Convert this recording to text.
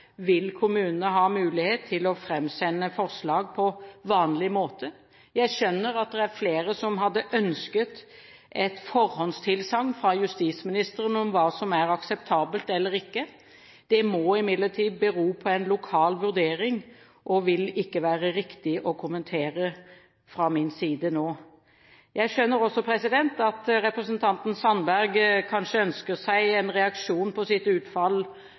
vil kommunene ha mulighet til å framsende forslag på vanlig måte. Jeg skjønner at det er flere som hadde ønsket et forhåndstilsagn fra justisministeren om hva som er akseptabelt eller ikke. Det må imidlertid bero på en lokal vurdering og vil ikke være riktig å kommentere fra min side nå. Jeg skjønner at representanten Sandberg kanskje ønsker seg en reaksjon på sitt utfall